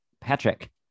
Patrick